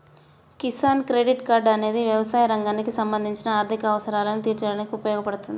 Kisan credit card అనేది వ్యవసాయ రంగానికి సంబంధించిన ఆర్థిక అవసరాలను తీర్చడానికి ఉపయోగపడుతుంది